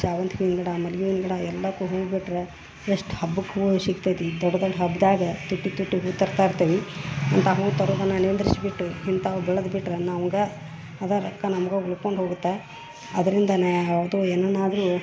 ಶಾವಂತ್ಗಿನ ಗಿಡ ಮಲ್ಗಿ ಹೂವಿನ ಗಿಡ ಎಲ್ಲಕ್ಕು ಹೂ ಬಿಟ್ರ ಎಷ್ಟು ಹಬ್ಬಕ್ಕು ಸಿಗ್ತೈತಿ ಈ ದೊಡ್ಡ ದೊಡ್ಡ ಹಬ್ದಾಗ ದೊಡ್ಡ ದೊಡ್ಡ ಹೂ ತರ್ತ ಇರ್ತೀವಿ ಅಂಥಾ ಹೂ ತರೋದನ್ನ ನಿಂದರ್ಸ್ಬಿಟ್ಟು ಇಂಥಾವ್ ಬೆಳದ್ಬಿಟ್ರ ನಮ್ಗ ಅದ ಲೆಕ್ಕ ನಮ್ಗೆ ಉಳ್ಕೊಂಡು ಹೋಗತ್ತೆ ಅದರಿಂದನೇ ಹೌದು ಏನನ್ನಾದರು